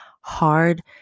hard